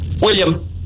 William